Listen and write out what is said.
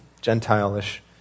Gentile-ish